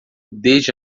desde